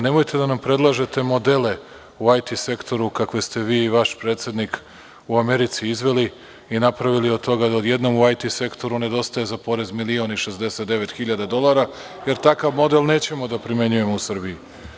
Nemojte da nam predlažete modele u IT sektoru kakve ste vi i vaš predsednik u Americi izveli i napravili od toga da odjednom u IT sektoru nedostaje za porez 1.069.000 dolara jer takav model nećemo da primenjujemo u Srbiji.